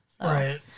Right